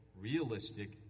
realistic